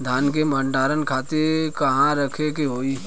धान के भंडारन खातिर कहाँरखे के होई?